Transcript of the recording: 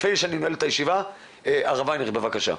לפני שאני נועל את הישיבה, הרב וינרייך בבקשה.